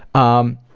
um,